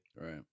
Right